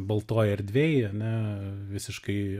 baltoj erdvėj ane visiškai